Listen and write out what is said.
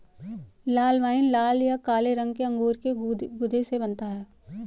लाल wine लाल या काले रंग के अंगूर के गूदे से बनता है